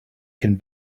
can